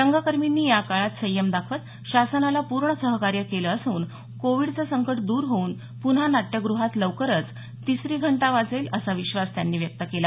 रंगकर्मींनी या काळात संयम दाखवत शासनाला पूर्ण सहकार्य केलं असून कोविडचं संकट द्र होऊन पुन्हा नाट्यगृहात लवकरच तिसरी घंटा वाजेल असा विश्वास त्यांनी व्यक्त केला